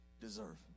deserve